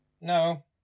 No